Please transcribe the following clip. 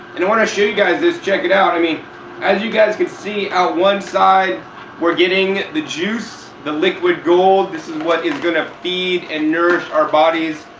and i want to show you guys this, check it out. i mean as you guys can see out one side we're getting the juice, the liquid gold, this is what's going to feed and nourish our bodies.